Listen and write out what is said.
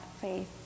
faith